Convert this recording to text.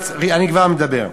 אני כבר מסיים.